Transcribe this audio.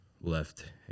left